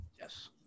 yes